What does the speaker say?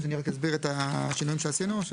אני רק אסביר את השינויים שעשינו?